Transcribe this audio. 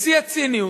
בשיא הציניות.